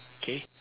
okay